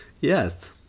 Yes